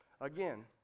Again